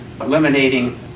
eliminating